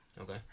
Okay